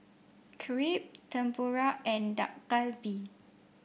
Crepe Tempura and Dak Galbi